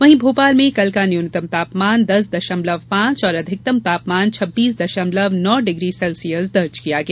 वहीं भोपाल में कल का न्यूनतम तापमान दस दशमलव पांच और अधिकतम तापमान छब्बीस दशमलव नौ डिग्री सेल्सियस दर्ज किया गया